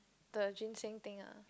the ginseng thing ah